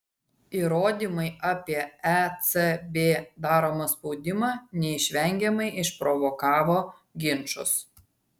įrodymai apie ecb daromą spaudimą neišvengiamai išprovokavo ginčus